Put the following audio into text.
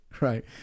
Right